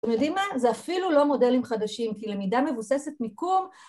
אתם יודעים מה? זה אפילו לא מודלים חדשים, כי למידה מבוססת מיקום